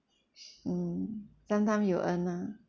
mm sometime you earn ah